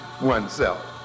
oneself